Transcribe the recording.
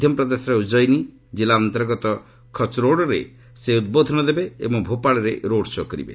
ମଧ୍ୟପ୍ରଦେଶର ଉଜୟିନୀ ଜିଲ୍ଲା ଅନ୍ତର୍ଗତ ଖଚରୋଡଠାରେ ସେ ଉଦ୍ବୋଧନ ଦେବେ ଏବଂ ଭୋପାଳରେ ରୋଡ ଶୋ କରିବେ